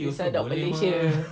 dasar budak malaysia